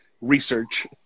research